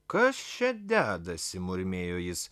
kas čia dedasi murmėjo jis